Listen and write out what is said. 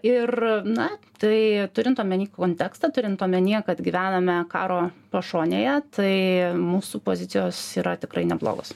ir na tai turint omeny kontekstą turint omenyje kad gyvename karo pašonėje tai mūsų pozicijos yra tikrai neblogos